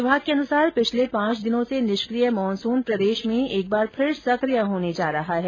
विभाग के अनुसार पिछले पांच दिनों से निष्किय मानसून प्रदेश में एक बार फिर सकिय होने जा रहा है